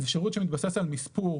זה שירות שמתבסס על מספור